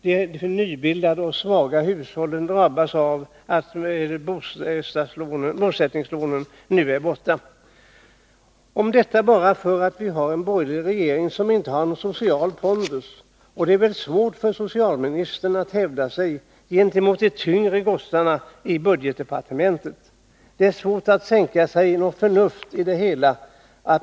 De nybildade och svaga hushållen drabbas av att bosättningslånen nu är borttagna, och detta bara för att vi har en borgerlig regering som inte har någon social pondus. Det är väl svårt för socialministern att hävda sig gentemot de unga gossarna i budgetdepartementet. Det är svårt att tänka sig något förnuft i det hela.